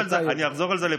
אני אחזור על זה לפרוטוקול: